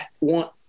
want